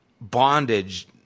bondage